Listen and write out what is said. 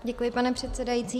Děkuji, pane předsedající.